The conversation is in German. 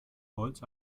holz